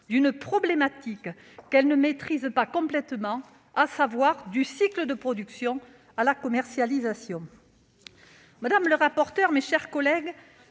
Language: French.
d'une problématique qu'elle ne maîtrise pas complètement, à savoir le cycle production-commercialisation. Madame la rapporteure, mes chers collègues,